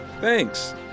Thanks